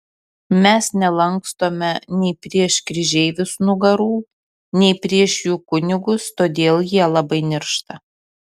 mes nelankstome nei prieš kryžeivius nugarų nei prieš jų kunigus todėl jie labai niršta